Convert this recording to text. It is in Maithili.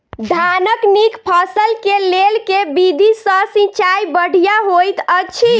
धानक नीक फसल केँ लेल केँ विधि सँ सिंचाई बढ़िया होइत अछि?